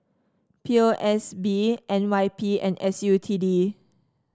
P O S B N Y P and S U T D